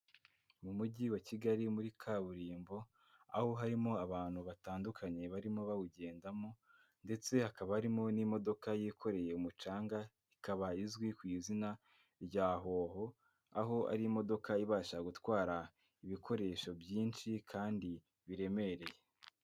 Mu mujyi wa Kigali muri kaburimbo, aho harimo abantu batandukanye barimo bawugendamo ndetse hakaba harimo n'imodoka yikoreye umucanga, ikaba izwi ku izina rya hoho, aho ari imodoka ibasha gutwara ibikoresho byinshi kandi biremereye.